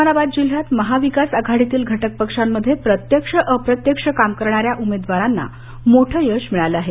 उस्मानाबाद जिल्ह्यात महाविकास आघाडीतील घटक पक्षांत प्रत्यक्ष अप्रत्यक्ष काम करणाऱ्या उमेदवारांना मोठे यश मिळालं आहे